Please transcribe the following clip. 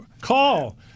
call